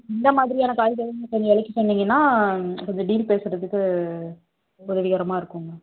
எந்த மாதிரியான காய்கறின்னு கொஞ்சம் வெளக்கி சொன்னிங்கன்னா கொஞ்சம் டீல் பேசுறதுக்கு உதவிகரமாக இருக்குங்க